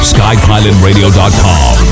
SkyPilotRadio.com